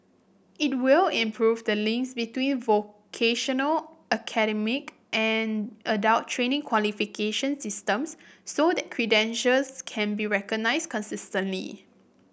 it will improve the links between vocational and adult training qualification systems so that credentials can be recognised consistently